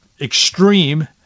extreme